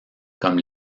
comme